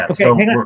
Okay